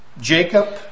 Jacob